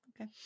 Okay